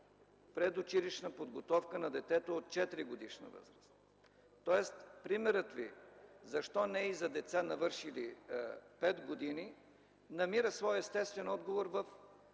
предучилищна подготовка на детето от четиригодишна възраст. Тоест примерът Ви защо не и за деца навършили 5 години намира своя естествен отговор